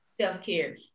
self-care